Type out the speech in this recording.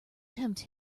tempt